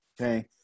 Okay